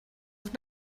auf